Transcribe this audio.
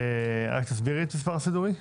תסבירי את המספר הסידורי.